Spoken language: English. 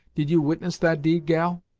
did you witness that deed, gal?